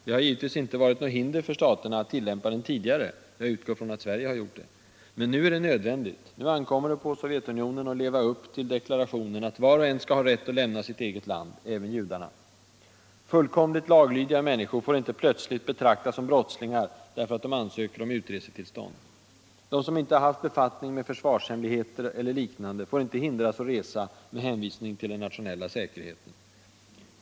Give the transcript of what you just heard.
Det har givetvis inte varit något hinder för staterna att tillämpa den redan tidigare — jag utgår från att Sverige har gjort det - men nu är det nödvändigt. Nu ankommer det på Sovjetunionen att leva upp till deklarationen att var och en skall ha rätt att lämna sitt eget land, även judarna. Fullkomligt laglydiga människor får inte plötsligt betraktas som brottslingar därför att de ansöker om utresetillstånd. De som inte har haft befattning med försvarshemligheter eller liknande får inte hindras att resa med hänvisning till den nationella säkerheten.